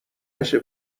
نشه